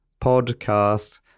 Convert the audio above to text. podcast